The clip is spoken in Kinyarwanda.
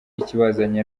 ikibazanye